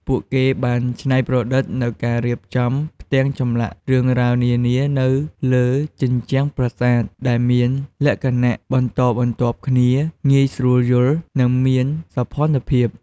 ពួកគេបានច្នៃប្រឌិតនូវការរៀបចំផ្ទាំងចម្លាក់រឿងរ៉ាវនានាទៅលើជញ្ជាំងប្រាសាទ ដែលមានលក្ខណៈបន្តបន្ទាប់គ្នា ងាយស្រួលយល់ និងមានសោភ័ណភាព។